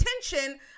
attention